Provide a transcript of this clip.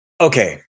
Okay